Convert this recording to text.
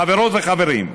חברות וחברים,